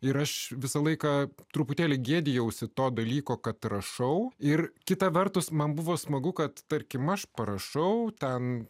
ir aš visą laiką truputėlį gėdijausi to dalyko kad rašau ir kita vertus man buvo smagu kad tarkim aš parašau ten